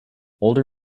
older